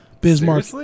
Bismarck